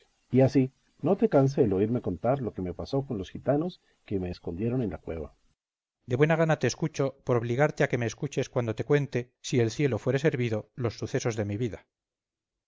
y así no te canse el oírme contar lo que me pasó con los gitanos que me escondieron en la cueva cipión de buena gana te escuho por obligarte a que me escuches cuando te cuente si el cielo fuere servido los sucesos de mi vida